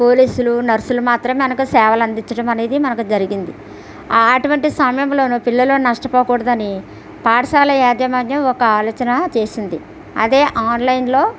పోలీసులు నర్సులు మాత్రమే మనకు సేవలందించడం అనేది మనకు జరిగింది అటువంటి సమయంలోను పిల్లలు నష్ట పోకూడదని పాఠశాల యాజమాన్యం ఒక ఆలోచన చేసింది అదే ఆన్లైన్లో